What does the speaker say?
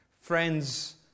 Friends